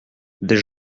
des